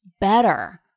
better